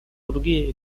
другие